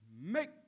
make